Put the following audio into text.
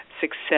success